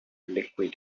liquid